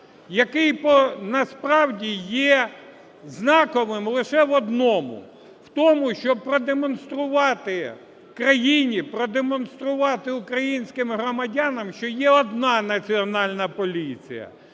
який насправді є знаковими лише в одному: в тому, щоб продемонструвати країні, продемонструвати українським громадянам, що є одна Національна поліція